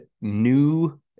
new